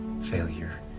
failure